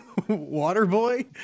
Waterboy